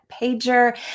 Pager